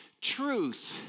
truth